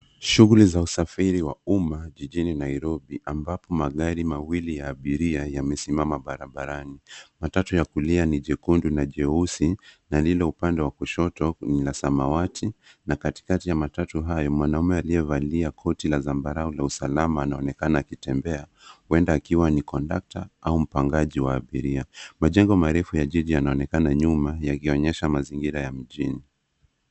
Shughuli za usafiri wa umma jijini Nairobi ambapo magari mawili ya abiria yamesimama barabarani. Matatu ya kulia ni jekundu na jeusi na lililo upande wa kushoto ni la samawati na katikati ya matatu hayo, mwanamume aliyevalia koti la zambarau la usalama anaonekana akitembea huenda akiwa ni kondakta au mpangaji wa abiria. Majengo marefu ya jiji yanaonekana nyuma yakionyesha mazingira ya mjini.